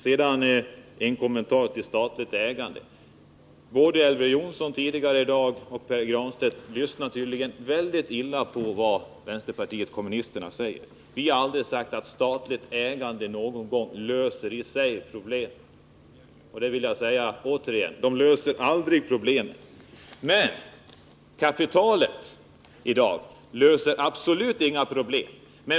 Sedan en kommentar till detta om statligt ägande. Både Elver Jonsson och Pär Granstedt lyssnar tydligen väldigt illa till vad vänsterpartiet kommunisterna säger. Vi har aldrig sagt att statligt ägande i sig löser dessa problem. Det vill jag säga återigen: Det löser aldrig problemen. Men kapitalet löser i dag absolut inga problem.